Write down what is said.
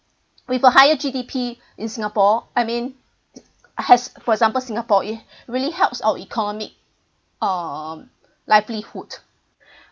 with a higher G_D_P in singapore I mean has for example singapore it really helps our economic um livelihood